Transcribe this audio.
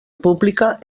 pública